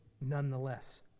nonetheless